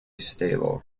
stable